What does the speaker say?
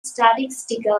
statistical